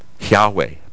Yahweh